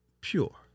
pure